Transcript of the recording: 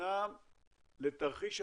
שנבנה לתרחיש אחר,